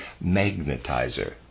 magnetizer